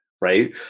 right